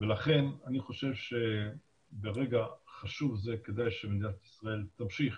ולכן אני חושב שברגע חשוב זה כדאי שמדינת ישראל תמשיך.